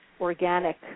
organic